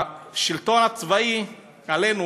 השלטון הצבאי עלינו,